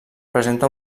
presenta